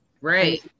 right